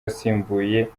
wasimbuye